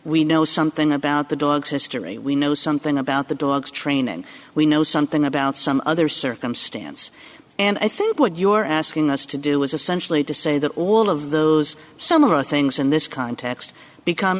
we know something about the dogs history we know something about the dogs training we know something about some other circumstance and i think what you're asking us to do is essentially to say that all of those some of the things in this context become